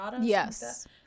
Yes